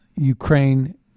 Ukraine